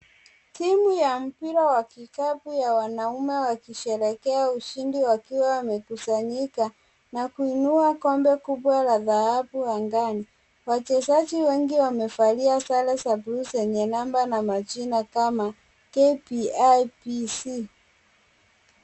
Timu ya mpira wa kikapu ya wanaume wakisherehekea ushindi wakiwa wamekusanyika, na kuinua kombe kubwa la dhahabu angani, wachezaji wengi wamevalia sare za bluu zenye namba na majina kama KPI PC.